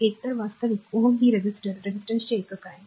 तर एकतर वास्तविक Ω ही रेझिस्टर रेझिस्टन्सचे एकक आहे